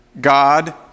God